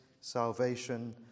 salvation